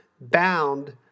bound